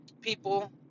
People